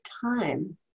time